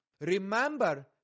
Remember